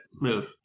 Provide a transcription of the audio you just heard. move